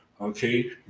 Okay